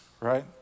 right